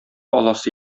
аласы